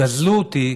גזלו אותי,